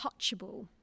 touchable